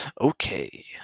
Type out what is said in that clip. Okay